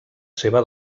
seva